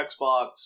Xbox